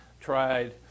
tried